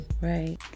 Right